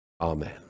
Amen